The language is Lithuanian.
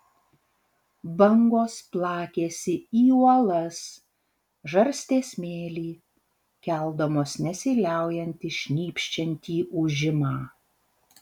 bangos plakėsi į uolas žarstė smėlį keldamos nesiliaujantį šnypščiantį ūžimą